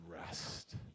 rest